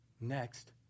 next